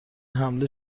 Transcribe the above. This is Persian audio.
حمله